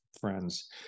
friends